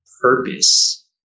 purpose